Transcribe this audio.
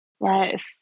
yes